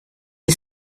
est